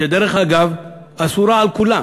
שדרך אגב אסורה על כולם,